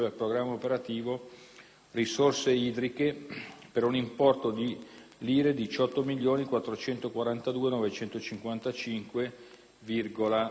«risorse idriche», per un importo di 18.442.955,24